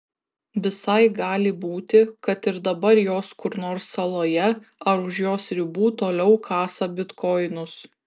visai gali būti kad ir dabar jos kur nors saloje ar už jos ribų toliau kasa bitkoinus